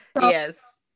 yes